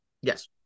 Yes